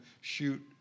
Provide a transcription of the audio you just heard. shoot